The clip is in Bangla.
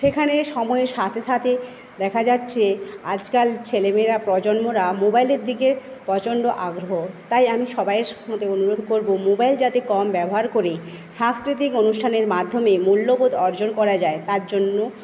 সেখানে সময়ের সাথে সাথে দেখা যাচ্ছে আজকাল ছেলেমেয়েরা প্রজন্মরা মোবাইলের দিকে প্রচণ্ড আগ্রহ তাই আমি সবাইয়ের সাথে অনুরোধ করবো মোবাইল যাতে কম ব্যবহার করে সাংস্কৃতিক অনুষ্ঠানের মাধ্যমে মূল্যবোধ অর্জন করা যায় তার জন্য